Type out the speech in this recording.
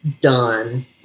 done